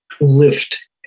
lift